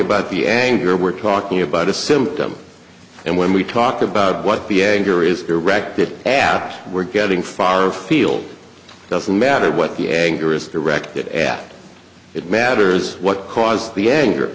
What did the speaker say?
about the anger we're talking about a symptom and when we talk about what the anger is directed at we're getting far afield it doesn't matter what the anger is directed at it matters what caused the anger